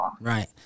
Right